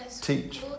teach